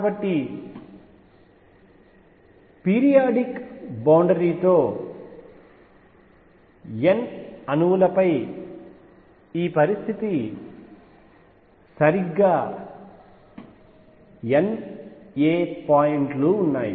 కాబట్టి periodic boundary తో n అణువులపై ఈ పరిస్థితి సరిగ్గా N a పాయింట్ లు ఉన్నాయి